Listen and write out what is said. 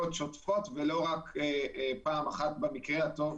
צריכות להיות בדיקות שוטפות ולא רק פעם אחת בשנה במקרה הטוב.